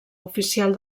oficial